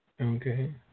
Okay